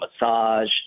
massage